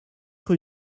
rue